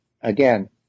again